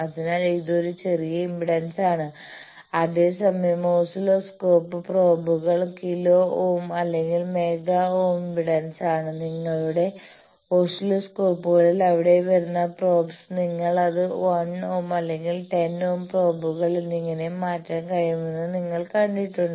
അതിനാൽ ഇത് ഒരു ചെറിയ ഇംപെഡൻസാണ് അതേസമയം ഓസിലോസ്കോപ്പ് പ്രോബുകൾ കിലോ ഓം അല്ലെങ്കിൽ മെഗാ ഓം ഇംപെഡൻസാണ് നിങ്ങളുടെ ഓസിലോസ്കോപ്പുകളിൽ അവിടെ വരുന്ന പ്രോബ്സ് നിങ്ങൾക്ക് അത് 1 ഓം അല്ലെങ്കിൽ 10 ഓം പ്രോബുകൾ എന്നിങ്ങനെയായി മാറ്റാൻ കഴിയുമെന്ന് നിങ്ങൾ കണ്ടിട്ടുണ്ട്